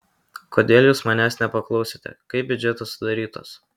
kodėl jūs manęs nepaklausėte kaip biudžetas sudarytas